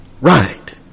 right